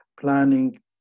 planning